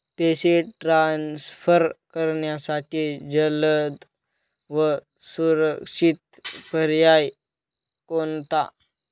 पैसे ट्रान्सफर करण्यासाठी जलद व सुरक्षित पर्याय कोणता?